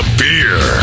beer